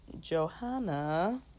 Johanna